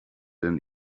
and